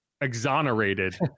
exonerated